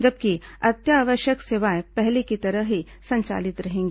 जबकि अत्यावश्यक सेवाएं पहले की तरह ही संचालित रहेंगी